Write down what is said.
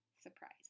surprise